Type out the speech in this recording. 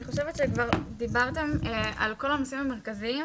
דיברתם על כל הנושאים המרכזיים.